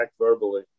verbally